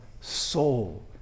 soul